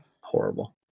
Horrible